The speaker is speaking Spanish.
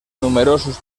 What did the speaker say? numerosos